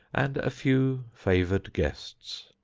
and a few favored guests.